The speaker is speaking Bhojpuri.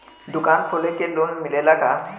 दुकान खोले के लोन मिलेला का?